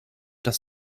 dass